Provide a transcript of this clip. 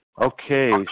Okay